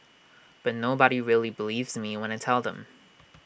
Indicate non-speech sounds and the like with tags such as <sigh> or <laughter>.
but nobody really believes me when I tell them <noise>